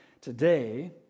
today